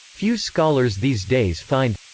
few scholars these days find.